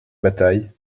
bataille